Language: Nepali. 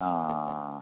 अँ